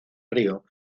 río